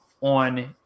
on